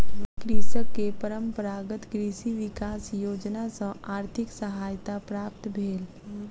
कृषक के परंपरागत कृषि विकास योजना सॅ आर्थिक सहायता प्राप्त भेल